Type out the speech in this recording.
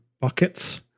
buckets